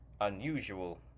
unusual